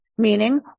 meaning